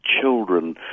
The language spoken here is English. children